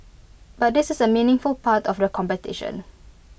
but this is A meaningful part of the competition